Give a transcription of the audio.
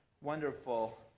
wonderful